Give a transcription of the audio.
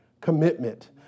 Commitment